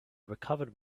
recovered